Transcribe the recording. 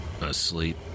Asleep